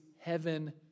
heaven